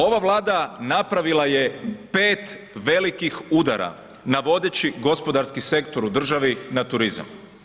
Ova Vlada napravila je 5 velikih udara na vodeći gospodarski sektor u državi na turizam.